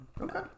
Okay